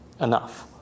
enough